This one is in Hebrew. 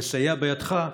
לסייע בידך,